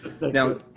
Now